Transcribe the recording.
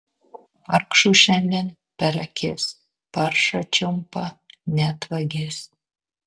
vargšų šiandien per akis paršą čiumpa net vagis